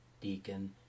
deacon